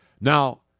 Now